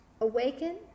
Awaken